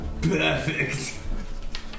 Perfect